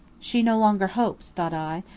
she no longer hopes, thought i,